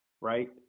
right